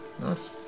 Nice